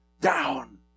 down